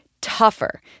tougher